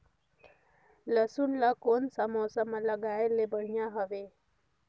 लसुन ला कोन सा मौसम मां लगाय ले बढ़िया हवे?